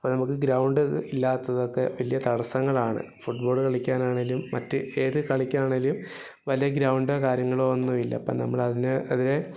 അപ്പം നമുക്ക് ഗ്രൗണ്ട് ഇല്ലാത്തതൊക്കെ വലിയ തടസ്സങ്ങളാണ് ഫുട്ബോൾ കളിക്കാനാണെങ്കിലും മറ്റ് ഏത് കളിക്കണെങ്കിലും വലിയ ഗ്രൗണ്ടോ കാര്യങ്ങളോ ഒന്നുമില്ല നമ്മൾ അതിനെ എതിരെ